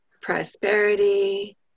prosperity